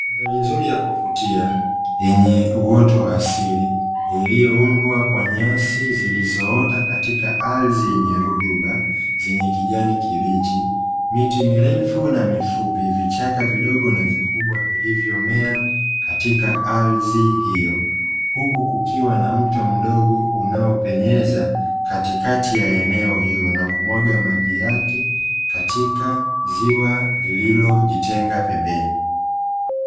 Mandhari nzuri ya kuvutia yenye uoto wa asili, iliyoundwa kwa nyasi zilizoota katika ardhi yenye rutuba zenye kijani kibichi. Miti mirefu na mifupi, vichaka vidogo na vikubwa vilivyomea katika ardhi hiyo. Huku kukiwa na mto mdogo unaopenyeza katikati ya eneo hilo na kumwaga maji yake katika ziwa lililojitenga pembeni.